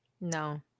No